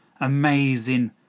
amazing